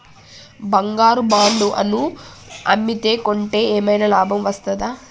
బంగారు బాండు ను అమ్మితే కొంటే ఏమైనా లాభం వస్తదా?